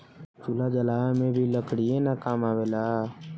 चूल्हा जलावे में भी लकड़ीये न काम आवेला